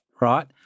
right